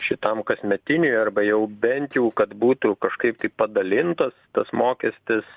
šitam kasmetiniui arba jau bent jau kad būtų kažkaip tai padalintas tas mokestis